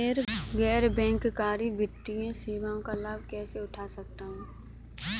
गैर बैंककारी वित्तीय सेवाओं का लाभ कैसे उठा सकता हूँ?